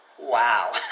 Wow